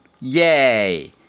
Yay